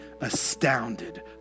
astounded